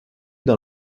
dans